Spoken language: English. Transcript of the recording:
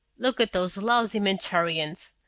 look at those lousy mentorians!